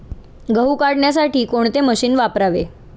गहू काढण्यासाठी कोणते मशीन वापरावे?